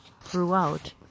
throughout